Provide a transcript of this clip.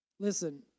Listen